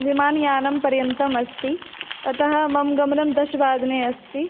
विमानयानं पर्यन्तम् अस्ति अतः मम गमनं दशवादने अस्ति